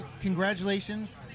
congratulations